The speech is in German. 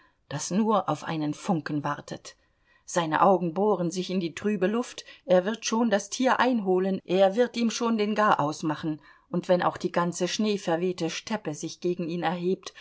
das nur auf einen funken wartet seine augen bohren sich in die trübe luft er wird schon das tier einholen er wird ihm schon den garaus machen und wenn auch die ganze schneeverwehte steppe sich gegen ihn erhebt